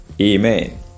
Amen